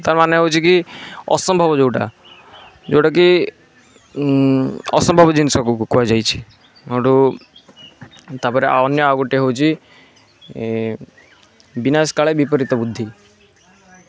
ତା ମାନେ ହେଉଛି କି ଅସମ୍ଭବ ଯେଉଁଟା ଯେଉଁଟା କି ଅସମ୍ଭବ ଜିନିଷକୁ କୁହାଯାଇଛି ସେଇଠୁ ତା'ପରେ ଅନ୍ୟ ଆଉ ଗୋଟିଏ ହେଉଛି ବିନାଶ କାଳେ ବିପରୀତ ବୁଦ୍ଧି